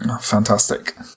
Fantastic